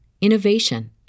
innovation